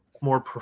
more